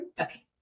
Okay